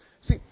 See